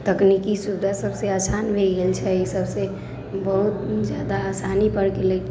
तकनीकी सुविधा सबसँ आसान भऽ गेल छै सबसँ बहुत ज्यादा आसानी बढ़ि गेलै